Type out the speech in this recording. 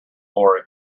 lorry